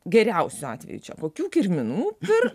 geriausiu atveju čia kokių kirminų pirkt